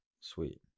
Sweet